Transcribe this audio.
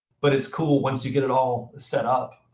but it's cool, once you get it all set up,